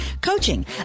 Coaching